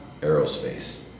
aerospace